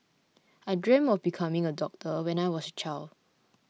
I dreamt of becoming a doctor when I was a child